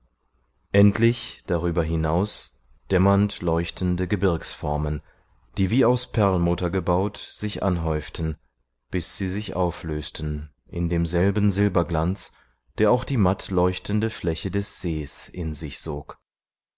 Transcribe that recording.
endlich darüber hinaus dämmerndleuchtende gebirgsformen die wie aus perlmutter gebaut sich anhäuften bis sie sich auflösten in demselben silberglanz der auch die mattleuchtende fläche des sees in sich sog